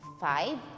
Five